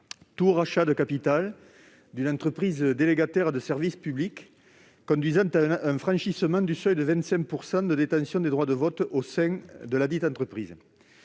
tout rachat de capital d'une entreprise délégataire de service public conduisant à un franchissement du seuil de 25 % de détention des droits de vote au sein de ladite entreprise.